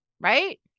right